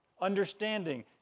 understanding